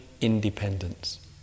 independence